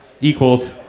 equals